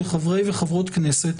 כחברי וחברות כנסת,